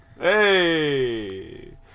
Hey